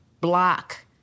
block